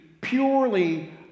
purely